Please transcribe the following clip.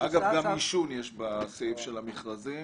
אגב, גם עישון יש בסעיף של המכרזים,